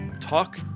talk